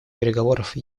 переговоров